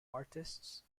artists